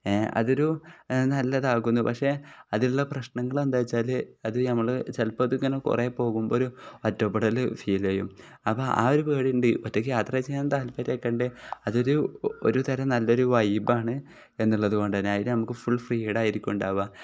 A അതൊരു നല്ലതാകുന്നു പക്ഷേ അതിനുള്ള പ്രശ്നങ്ങൾ എന്താണെന്ന് വെച്ചാൽ അത് നമ്മൾ ചിലപ്പോൾ അത് അങ്ങനെ കുറേ പോകുമ്പോൾ ഒരു ഒറ്റപ്പെടൽ ഫീൽ ചെയ്യും അപ്പം ആ ഒരു പേടി ഉണ്ട് ഒറ്റയ്ക്ക് യാത്ര ചെയ്യാൻ താൽപര്യം ഒക്കെ ഉണ്ട് അതൊരു ഒരു തരം നല്ലൊരു വൈബാണ് എന്നുള്ളത് കൊണ്ട് തന്നെ അതിൽ നമുക്ക് ഫുൾ ഫ്രീഡമായിരിക്കും ഉണ്ടാവുക